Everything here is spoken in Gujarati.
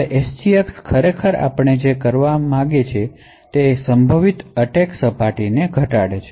હવે SGX આપણે જે કરવામાં મદદ કરે છે તે તે છે કે તે સંભવિત એટેક સપાટીને ઘટાડે છે